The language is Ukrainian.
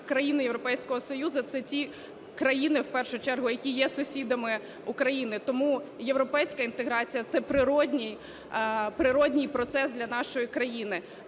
країни Європейського Союзу - це ті країни, в першу чергу, які є сусідами України. Тому європейська інтеграція – це природній процес для нашої країни.